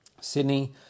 Sydney